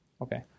okay